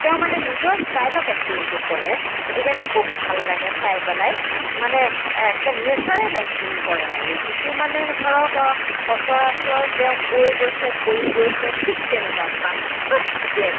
তেওঁ মানে নিজৰ ষ্টাইলত এক্টিংটো কৰে গতিকে খুব ভাল লাগে চাই পেলাই মানে একে নেছাৰেল এক্টিং কৰে আৰু যিটো মানে ধৰক সচৰাচৰ কৈ গৈছে তেওঁ কৰি গৈছে ঠিক তেনেকুৱা বাস্তৱ যিটো